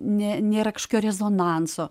nėra kažkokio rezonanso